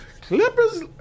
Clippers